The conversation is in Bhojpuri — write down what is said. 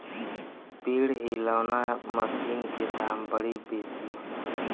पेड़ हिलौना मशीन के दाम बड़ी बेसी होला